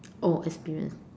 or experienced